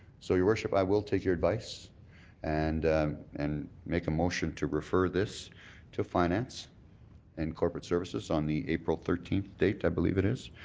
so, your worship, i will take your advice and and make a motion to refer this to finance and corporate services on the april thirteenth date i believe it is